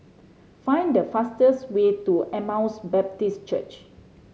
find the fastest way to Emmaus Baptist Church